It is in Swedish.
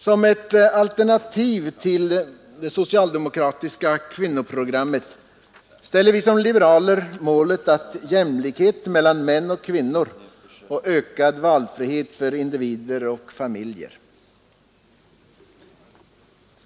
Som ett alternativ till det socialdemokratiska kvinnoprogrammet ställer vi som liberaler upp målet om jämlikhet mellan män och kvinnor och ökad valfrihet för individer och familjer.